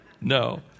No